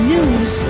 News